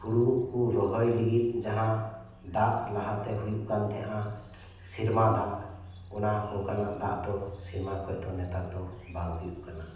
ᱦᱳᱲᱳ ᱠᱚ ᱨᱚᱦᱚᱭ ᱞᱟᱹᱜᱤᱫ ᱡᱟᱦᱟ ᱫᱟᱜ ᱞᱟᱦᱟ ᱛᱮ ᱦᱩᱭᱩᱜ ᱠᱟᱱ ᱛᱟᱦᱮᱱᱟ ᱥᱮᱨᱢᱟ ᱫᱟᱜ ᱚᱱᱟ ᱚᱱᱠᱟᱱᱟᱜ ᱫᱟᱜ ᱫᱚ ᱥᱮᱨᱢᱟ ᱠᱷᱚᱱ ᱫᱚ ᱱᱮᱛᱟᱨ ᱫᱚ ᱵᱟᱝ ᱦᱩᱭᱩᱜ ᱠᱟᱱᱟ